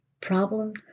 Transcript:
problem